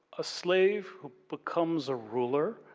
a slave who becomes a ruler,